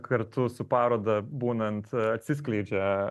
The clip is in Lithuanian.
kartu su paroda būnant atsiskleidžia